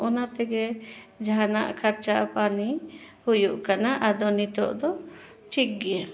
ᱚᱱᱟ ᱛᱮᱜᱮ ᱡᱟᱦᱟᱱᱟᱜ ᱠᱷᱚᱨᱪᱟ ᱯᱟᱱᱤ ᱦᱩᱭᱩᱜ ᱠᱟᱱᱟ ᱟᱫᱚ ᱱᱤᱛᱳᱜ ᱫᱚ ᱴᱷᱤᱠ ᱜᱮᱭᱟ